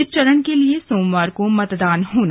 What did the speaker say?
इस चरण के लिए सोमवार को मतदान होगा